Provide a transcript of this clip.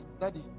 Daddy